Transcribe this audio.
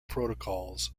protocols